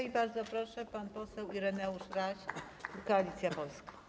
I bardzo proszę, pan poseł Ireneusz Raś, Koalicja Polska.